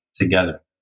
together